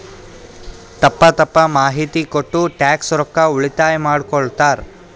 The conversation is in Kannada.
ತಪ್ಪ ತಪ್ಪ ಮಾಹಿತಿ ಕೊಟ್ಟು ಟ್ಯಾಕ್ಸ್ ರೊಕ್ಕಾ ಉಳಿತಾಯ ಮಾಡ್ಕೊತ್ತಾರ್